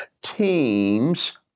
teams